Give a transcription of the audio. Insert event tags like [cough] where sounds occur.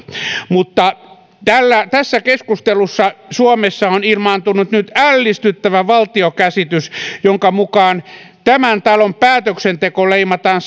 mutta tässä keskustelussa suomessa on ilmaantunut nyt ällistyttävä valtiokäsitys jonka mukaan tämän talon päätöksenteko leimataan [unintelligible]